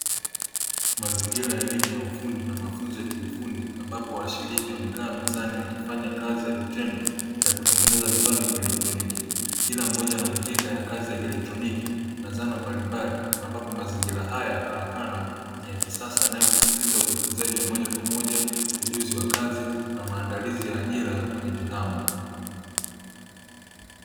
Mazingira ya elimu ya ufundi na mafunzo ya kiufundi, ambapo washiriki wamekaa mezani wakifanya kazi ya vitendo, ya kutengeneza vifaa vya kielektroniki. Kila mmoja ana mikeka ya kazi ya kielektroniki na zana mbalimbali, ambapo mazingira haya yana karakana, na ni ya kisasa yanayosisitiza ujifunzaji wa moja kwa moja, ujuzi wa kazi na maandalizi ya ajira kwenye tehama.